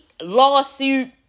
Lawsuit